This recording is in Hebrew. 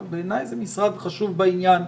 אבל בעיני זה משר חושב בעניין.